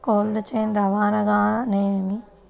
Cold chain రవాణా అనగా నేమి?